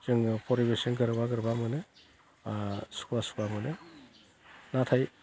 जोङो फरिबेसजों गोरोबा गोरोबा मोनो सुखुवा सुखुवा मोनो नाथाय